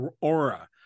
aura